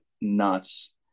nuts